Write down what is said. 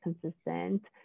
consistent